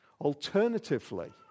Alternatively